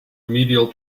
medial